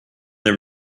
been